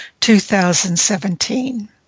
2017